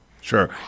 Sure